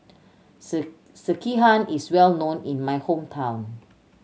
sekihan is well known in my hometown